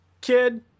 kid